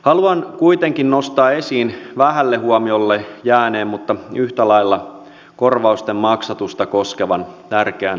haluan kuitenkin nostaa esiin vähälle huomiolle jääneen mutta yhtä lailla korvausten maksatusta koskevan tärkeän asian